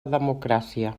democràcia